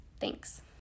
Thanks